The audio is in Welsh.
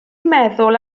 meddwl